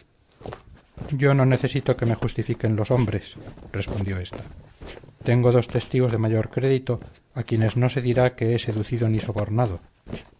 yo no necesito que me justifiquen los hombres respondió ésta tengo dos testigos de mayor crédito a quienes no se dirá que he seducido ni sobornado